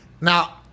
Now